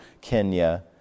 Kenya